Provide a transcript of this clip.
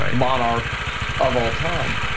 um monarch of all time.